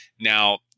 Now